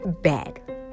bad